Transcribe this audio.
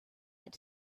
had